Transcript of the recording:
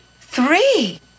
Three